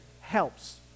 helps